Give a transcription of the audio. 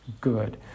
good